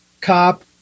cop